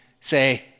say